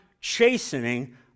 chastening